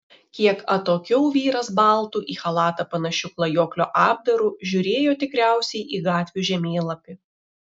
kiek atokiau vyras baltu į chalatą panašiu klajoklio apdaru žiūrėjo tikriausiai į gatvių žemėlapį